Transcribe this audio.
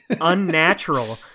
unnatural